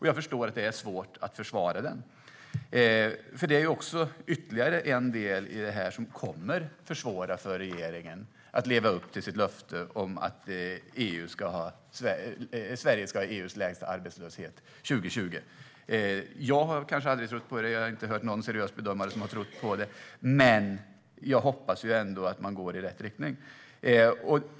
Jag förstår att det är svårt att försvara den. Det är ytterligare en del i detta som kommer att försvåra för regeringen att leva upp till sitt löfte att Sverige ska ha EU:s lägsta arbetslöshet 2020. Jag har kanske aldrig trott på det, och jag har inte hört någon seriös bedömare som har trott på det. Men jag hoppas ändå att man går i rätt riktning.